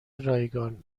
رایگان